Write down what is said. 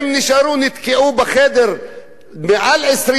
נתקעו בחדר מעל 20 דקות,